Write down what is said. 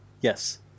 Yes